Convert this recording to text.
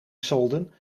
solden